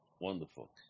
Wonderful